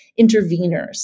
interveners